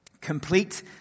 Complete